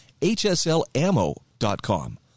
HSLAmmo.com